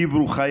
היי ברוכה,